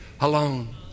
alone